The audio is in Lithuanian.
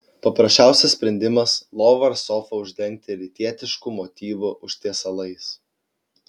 paprasčiausias sprendimas lovą ar sofą uždengti rytietiškų motyvų užtiesalais